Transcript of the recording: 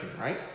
right